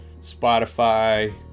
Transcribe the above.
Spotify